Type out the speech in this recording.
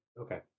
Okay